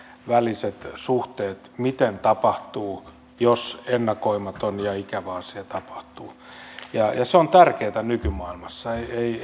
väliset suhteet miten tapahtuu jos ennakoimaton ja ikävä asia tapahtuu se on tärkeätä nykymaailmassa